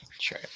Sure